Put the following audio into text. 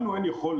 לנו אין יכולת,